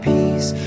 Peace